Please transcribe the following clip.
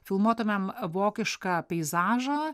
filmuotumėm vokišką peizažą